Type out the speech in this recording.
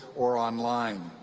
or online.